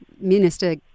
Minister